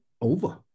over